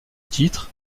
titre